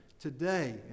today